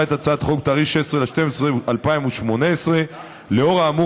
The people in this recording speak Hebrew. את הצעות החוק בתאריך 16 בדצמבר 2018. לאור האמור,